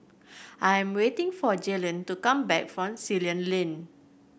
I am waiting for Jaylon to come back from Ceylon Lane